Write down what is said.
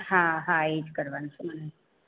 હા હા એ જ કરવાનું છે મને